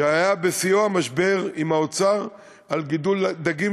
כשהיה בשיאו המשבר עם האוצר על גידול דגים,